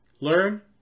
learn